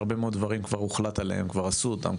לגבי הרבה דברים שכבר הוחלט עליהם ועשו אותם.